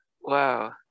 Wow